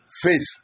faith